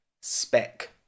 spec